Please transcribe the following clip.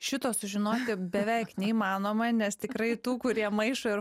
šito sužinoti beveik neįmanoma nes tikrai tų kurie maišo ir